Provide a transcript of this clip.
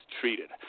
treated